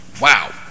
wow